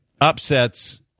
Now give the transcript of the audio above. upsets